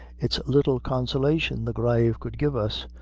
it's little consolation the grave could give us.